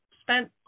spent